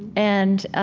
and